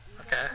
Okay